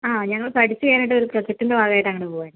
ആ ഞങ്ങൾ പഠിച്ചു കഴിഞ്ഞിട്ടൊരു പ്രോജക്ടിൻ്റെ ഭാഗമായിട്ട് അങ്ങോട്ട് പോവാൻ